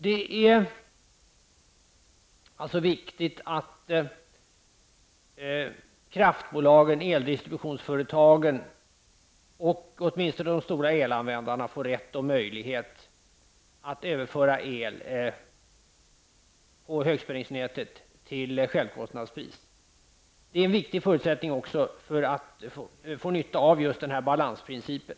Det är viktigt att kraftbolagen, eldistributionsföretagen och åtminstone de stora elanvändarna får rätt och möjlighet att överföra el på högspänningsnätet till självkostnadspris. Det är också en viktig förutsättning för att man skall få nytta av balansprincipen.